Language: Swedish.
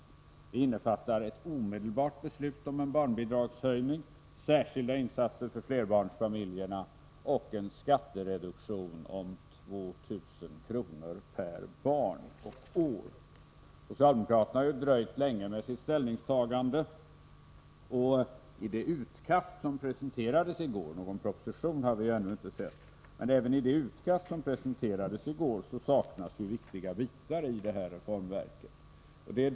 Förslaget innefattar ett omedelbart beslut om en barnbidragshöjning, särskilda insatser för flerbarnsfamiljerna och en skattereduktion om 2000 kr. per barn och år. Socialdemokraterna har ju dröjt länge med sitt ställningstagande, och i det utkast som presenterades i går — någon proposition har vi ännu inte sett — saknas ju viktiga bitar i detta reformverk.